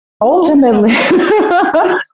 Ultimately